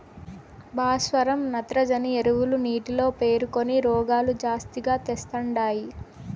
భాస్వరం నత్రజని ఎరువులు నీటిలో పేరుకొని రోగాలు జాస్తిగా తెస్తండాయి